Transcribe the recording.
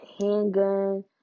Handgun